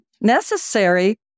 necessary